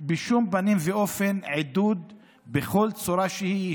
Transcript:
בשום פנים ואופן עידוד בכל צורה שהיא,